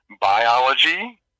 biology